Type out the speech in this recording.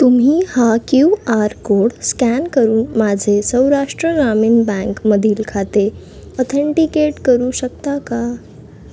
तुम्ही हा Q R code scan करून माझे सौराष्ट्र ग्रामीण बँकमधील खाते ऑथेंटिकेट करू शकता का